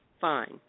fine